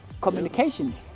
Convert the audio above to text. Communications